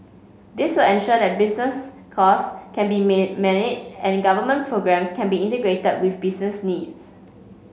this will ensure that business costs can be may managed and government programmes can be integrated with business needs